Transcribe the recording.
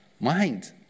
mind